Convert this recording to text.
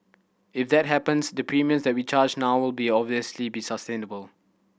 if that happens the premiums that we charge now will obviously be sustainable